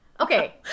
Okay